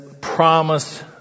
promise